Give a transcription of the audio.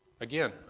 Again